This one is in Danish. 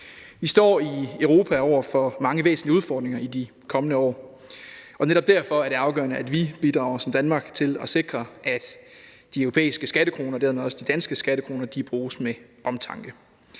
Vi står i Europa over for mange væsentlige udfordringer i de kommende år. Og netop derfor er det afgørende, at vi, Danmark, bidrager til at sikre, at de europæiske skattekroner og dermed også de danske skattekroner bruges med omtanke.